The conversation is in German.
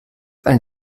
eine